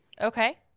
Okay